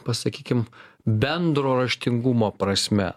pasakykim bendro raštingumo prasme